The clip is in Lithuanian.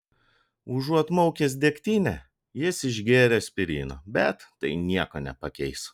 užuot maukęs degtinę jis išgėrė aspirino bet tai nieko nepakeis